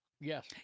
Yes